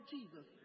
Jesus